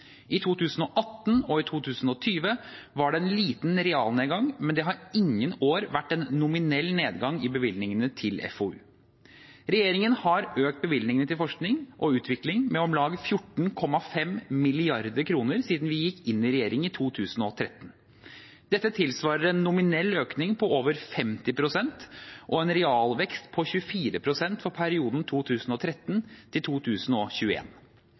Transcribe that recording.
var det en liten realnedgang, men det har ingen år vært en nominell nedgang i bevilgningene til FoU. Regjeringen har økt bevilgningene til forskning og utvikling med om lag 14,5 mrd. kr siden vi gikk inn i regjering i 2013. Dette tilsvarer en nominell økning på over 50 pst. og en realvekst på 24 pst. for perioden